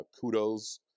kudos